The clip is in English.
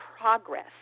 progress